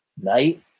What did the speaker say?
Night